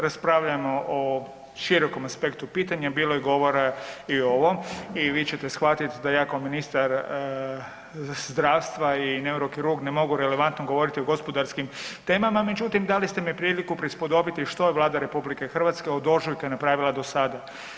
Raspravljamo o širokom aspektu pitanja, bilo je govora i o ovom, i vi ćete shvatiti da ja kao ministar zdravstva i neurokirurg ne mogu relevantno govoriti o gospodarskim temama međutim dali ste mi priliku prispodobiti što je Vlada RH od ožujka napravila do sada.